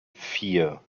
vier